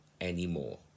Anymore